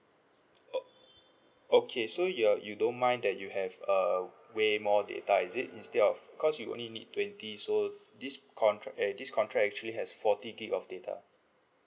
o~ okay so you're you don't mind that you have uh way more data is it instead of because you only need twenty so this contract uh this contract actually has forty gig of data